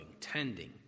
tending